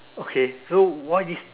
okay so why these